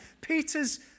Peter's